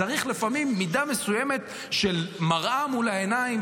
צריך לפעמים מידה מסוימת של מראה מול העיניים